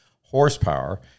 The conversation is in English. horsepower